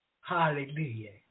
Hallelujah